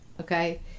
Okay